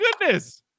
goodness